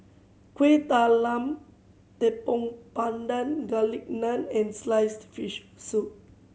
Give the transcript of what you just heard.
Kuih Talam Tepong Pandan Garlic Naan and sliced fish soup